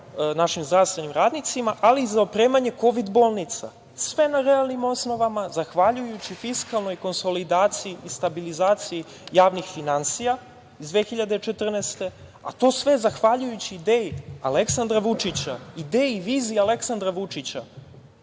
našim zdravstvenim radnicima, ali i za opremanje kovid bolnica sve na realnim osnovama zahvaljujući fiskalnoj konsolidaciji i stabilizaciji javnih finansija iz 2014. godine, a to sve zahvaljujući ideji Aleksandra Vučića, ideji i viziji Aleksandra Vučića